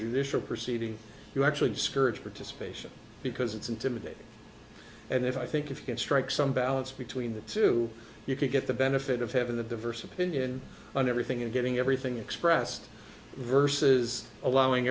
judicial proceeding you actually discourage participation because it's intimidating and if i think if you can strike some balance between the two you could get the benefit of having the diverse opinion on everything and getting everything expressed versus allowing